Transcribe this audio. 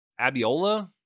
Abiola